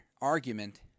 argument